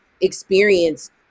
experience